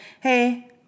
Hey